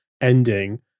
ending